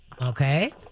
Okay